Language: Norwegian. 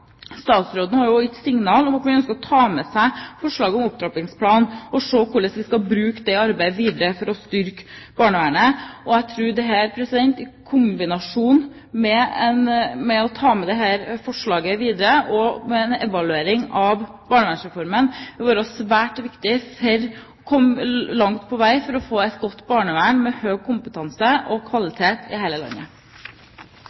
Statsråden har gitt signal om at han kunne ønske å ta med seg forslaget om opptrappingsplan og se hvordan vi skal bruke det arbeidet videre for å styrke barnevernet. Jeg tror at å ta med dette forslaget videre, kombinert med en evaluering av Barnevernsreformen, vil være svært viktig for å komme langt på vei med å få et godt barnevern, med høy kompetanse og